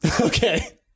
Okay